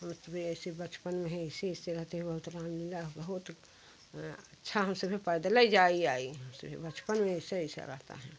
हम सभी ऐसे बचपन में ही ऐसी ऐसी रहते है बहुत राम लीला बहुत अच्छा हम सभी पैदलय जाई आई हम सभी बचपन में ऐसा ऐसा रहता हैं